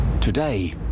Today